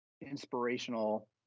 inspirational